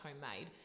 homemade